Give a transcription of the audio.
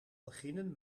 beginnen